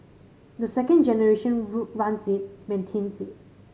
the second generation runs it maintains it